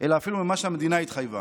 אלא אפילו ממה שהמדינה התחייבה.